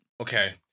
okay